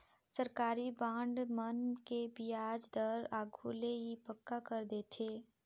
सरकारी बांड मन के बियाज दर आघु ले ही पक्का कर देथे